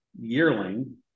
yearling